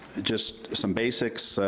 just some basics.